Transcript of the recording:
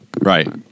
Right